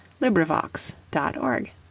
LibriVox.org